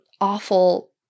awful